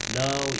now